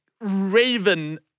raven